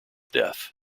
death